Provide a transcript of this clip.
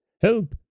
Help